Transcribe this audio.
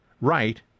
right